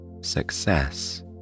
success